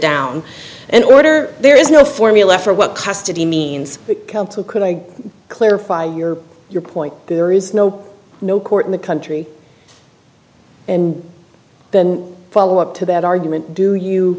down and order there is no formula for what custody means can i clarify your your point there is no no court in the country and then follow up to that argument do you